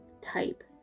type